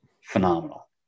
phenomenal